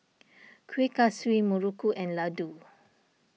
Kuih Kaswi Muruku and Laddu